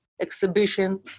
Exhibition